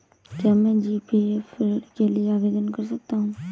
क्या मैं जी.पी.एफ ऋण के लिए आवेदन कर सकता हूँ?